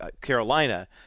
Carolina